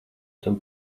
tam